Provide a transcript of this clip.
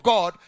God